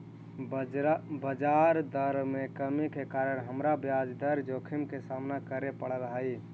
बजार दर में कमी के कारण हमरा ब्याज दर जोखिम के सामना करे पड़लई हल